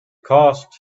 caused